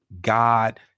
God